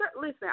Listen